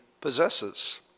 possesses